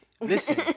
Listen